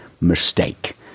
mistake